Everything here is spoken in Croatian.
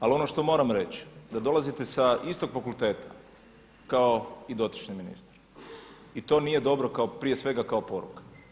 Ali ono što moram reći, da dolazite sa istog fakulteta kao i dotični ministar i to nije dobro prije svega kao poruka.